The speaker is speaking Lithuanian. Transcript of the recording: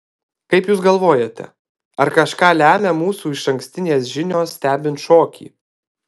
kaip jūs galvojate ar kažką lemia mūsų išankstinės žinios stebint šokį